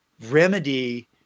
remedy